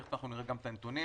תכף אנחנו נראה גם את הנתונים.